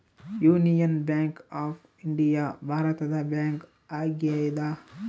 union bank of India ಭಾರತದ bank ಆಗ್ಯಾದ